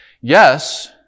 Yes